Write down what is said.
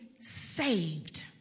saved